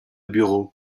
bureau